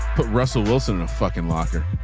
put russell wilson fucking locker.